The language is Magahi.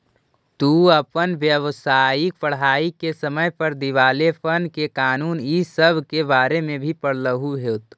तू अपन व्यावसायिक पढ़ाई के समय पर दिवालेपन के कानून इ सब के बारे में भी पढ़लहू होत